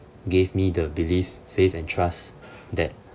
gave me the belief faith and trust that